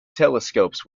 telescopes